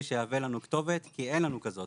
שיהווה לנו כתובת כי אין לנו כזאת